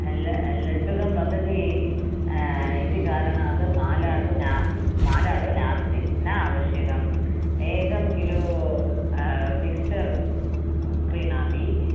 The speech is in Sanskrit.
ल लड्डुकं वदति इति कारणाद् मालाडु न मालाडु नास्ति न आवश्यकम् एकं किलो मिक्स्चर् क्रीणाति